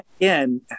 again